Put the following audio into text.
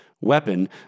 weapon